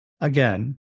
Again